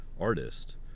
artist